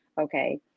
Okay